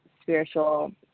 spiritual